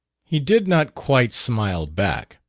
he did not quite smile back.